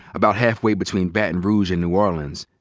about halfway between baton rouge and new orleans.